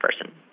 person